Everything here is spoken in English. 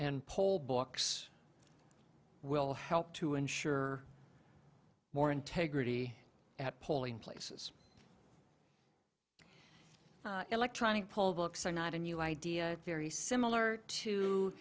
and poll books will help to ensure more integrity at polling places electronic poll books are not a new idea very